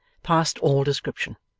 passed all description.